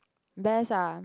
best ah